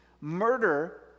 Murder